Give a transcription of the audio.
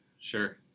sure